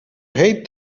hate